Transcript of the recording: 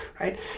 right